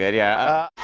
yeah yeah,